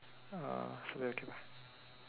uh should be okay lah